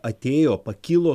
atėjo pakilo